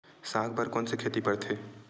साग बर कोन से खेती परथे?